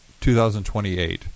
2028